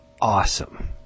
awesome